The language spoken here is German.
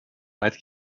weit